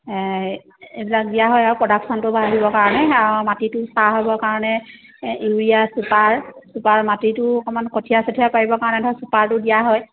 এইবিলাক দিয়া হয় আৰু প্ৰডাকশ্যনটো বাঢ়িবৰ কাৰণে অ মাটিটো চাহ হ'বৰ কাৰণে ইউৰিয়া চুপাৰ চুপাৰ মাটিটো অকণমান কঠীয়া চঠিয়া পাৰিবৰ কাৰণে ধৰক চুপাৰটো দিয়া হয়